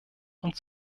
und